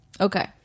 Okay